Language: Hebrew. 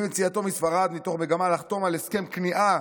עם יציאתו מספרד, מתוך מגמה לחתום על הסכם כניעה